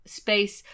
space